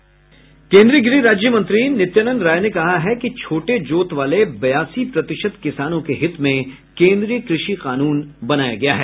केन्द्रीय गृह राज्य मंत्री नित्यानंद राय ने कहा है कि छोटे जोत वाले बयासी प्रतिशत किसानों के हित में केन्द्रीय कृषि कानून बनाया गया है